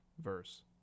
verse